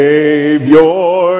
Savior